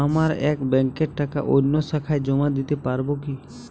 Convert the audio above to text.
আমার এক ব্যাঙ্কের টাকা অন্য শাখায় জমা দিতে পারব কি?